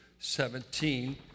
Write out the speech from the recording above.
17